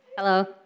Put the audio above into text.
Hello